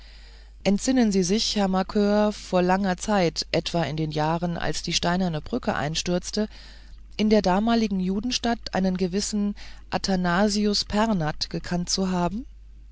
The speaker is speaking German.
entsinnen sie sich herr markör vor langer zeit etwa in den jahren als die steinerne brücke einstürzte in der damaligen judenstadt einen gewissen athanasius pernath gekannt zu haben